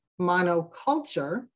monoculture